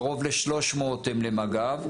קרוב ל-300 הם למג"ב,